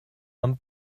amb